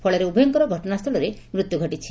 ଫଳରେ ଉଭୟଙ୍କର ଘଟଶାସ୍ଚଳରେ ମୃତ୍ୟୁ ଘଟିଛି